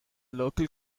local